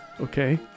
Okay